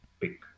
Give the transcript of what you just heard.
pick